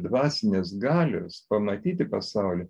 dvasinės galios pamatyti pasaulį